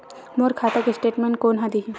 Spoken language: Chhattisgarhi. मोर खाता के स्टेटमेंट कोन ह देही?